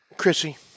Chrissy